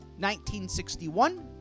1961